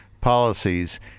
policies